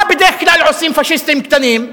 מה בדרך כלל עושים פאשיסטים קטנים?